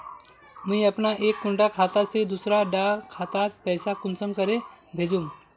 मुई अपना एक कुंडा खाता से दूसरा डा खातात पैसा कुंसम करे भेजुम?